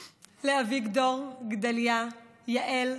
לאביגדור, גדליה, יעל,